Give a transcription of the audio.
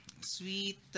Sweet